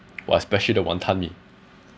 !wah! especially the wanton-mee